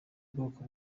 bwoko